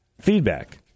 feedback